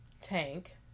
Tank